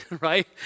right